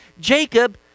Jacob